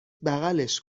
بغلش